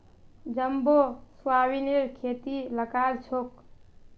jumbo सोयाबीनेर खेती लगाल छोक